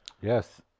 Yes